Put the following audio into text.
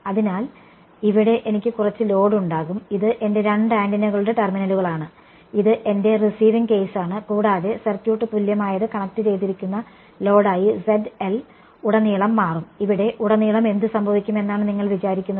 അതിനാൽ ഇവിടെ എനിക്ക് കുറച്ച് ലോഡ് ഉണ്ടാകും ഇത് എന്റെ രണ്ട് ആന്റിനകളുടെ ടെർമിനലുകളാണ് ഇത് എന്റെ റിസീവിങ്ങ് കേസാണ് കൂടാതെ സർക്യൂട്ട് തുല്യമായത് കണക്റ്റുചെയ്തിരിക്കുന്ന ലോഡായി ഉടനീളം മാറും ഇവിടെ ഉടനീളം എന്ത് സംഭവിക്കും എന്നാണ് നിങ്ങൾ വിചാരിക്കുന്നത്